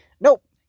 Nope